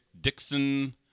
Dixon